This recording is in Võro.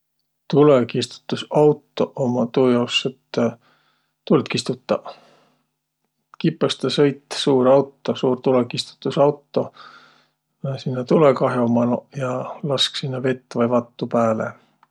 Tulõkistutusautoq ummaq tuujaos, et tuld kistutaq. Kipõstõ sõit suur auto, suur tulõkistutusauto sinnäq tulõkah'o manoq ja lask sinnäq vett vai vattu pääle.